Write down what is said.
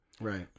Right